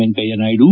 Venkaiah Naidu